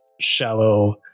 shallow